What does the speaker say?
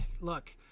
look